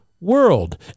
world